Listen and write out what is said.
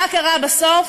מה קרה בסוף?